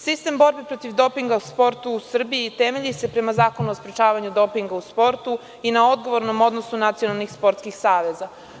Sistem borbe protiv dopinga u sportu u Srbiji temelji se prema Zakonu o sprečavanju dopinga u sportu i na odgovornom odnosu nacionalnih sportskih saveza.